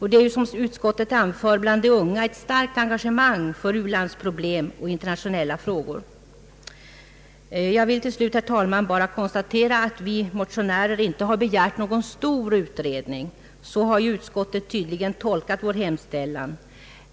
Det finns ju — som utskottet anför — bland de unga ett starkt engagemang för u-landsproblem och internationella frågor. Jag vill till slut, herr talman, bara konstatera att vi motionärer inte har begärt någon stor utredning — så har utskottet tydligen tolkat vår hemstäl lan.